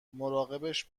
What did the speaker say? مراقبش